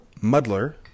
muddler